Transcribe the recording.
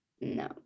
no